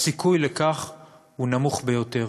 הסיכוי לכך הוא נמוך ביותר.